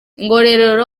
ngororero